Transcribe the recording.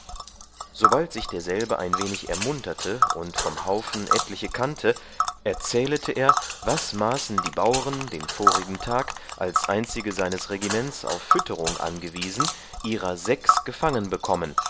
sobald sich derselbe ein wenig ermunterte und vom haufen etliche kannte erzählete er was maßen die bauren den vorigen tag als einzige seines regiments auf fütterung gewesen ihrer sechs gefangen bekommen